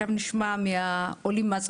נשמע עכשיו את העולים.